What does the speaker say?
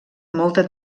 molta